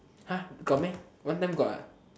!huh! got meh one time got ah